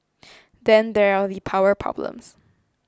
then there are the power problems